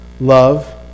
love